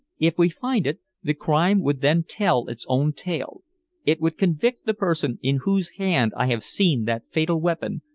if we find it, the crime would then tell its own tale it would convict the person in whose hand i have seen that fatal weapon,